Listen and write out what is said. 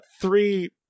three